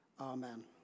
Amen